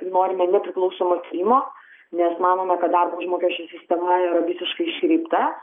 norime nepriklausomo tyrimo nes manome kad darbo užmokesčio sistema visiškai iškreipta